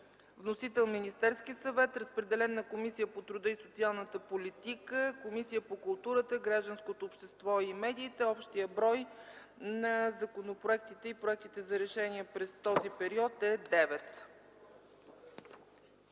Вносител - Министерският съвет. Разпределен е на Комисията по труда и социалната политика и на Комисията по културата, гражданското общество и медиите. Общият брой на законопроектите и проектите за решения през този период е 9.